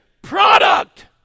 product